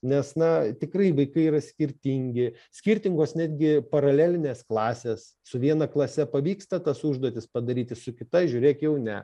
nes na tikrai vaikai yra skirtingi skirtingos netgi paralelinės klasės su viena klase pavyksta tas užduotis padaryti su kita žiūrėk jau ne